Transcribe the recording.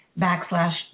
backslash